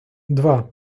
два